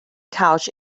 couch